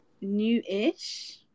new-ish